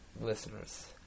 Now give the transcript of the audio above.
listeners